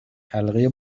حلقه